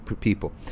people